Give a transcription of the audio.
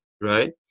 Right